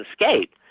escape